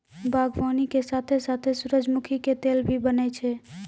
बागवानी के साथॅ साथॅ सूरजमुखी के तेल भी बनै छै